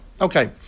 Okay